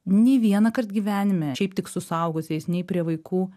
nei vienąkart gyvenime šiaip tik su suaugusiais nei prie vaikų